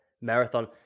marathon